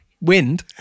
wind